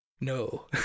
no